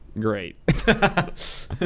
Great